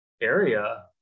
area